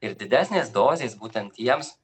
ir didesnės dozės būtent jiems